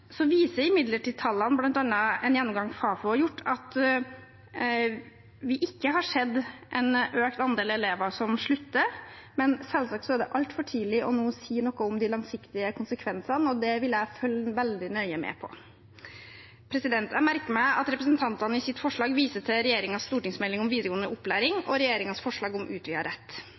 viser imidlertid tallene, bl.a. en gjennomgang Fafo har gjort, at vi ikke har sett en økt andel elever som slutter, men selvsagt er det altfor tidlig å si noe om de langsiktige konsekvensene, og det vil jeg følge veldig nøye med på. Jeg merker meg at representantene i sitt forslag viser til regjeringens stortingsmelding om videregående opplæring og regjeringens forslag om utvidet rett.